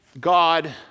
God